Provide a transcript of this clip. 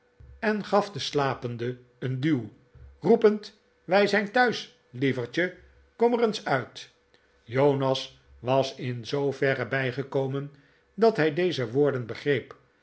en gaf den slapende een duw roepend wij zijn thuis lieverdje kom er eens uit jonas was in zooverre bijgekomen dat hij deze woorden begreep